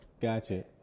Gotcha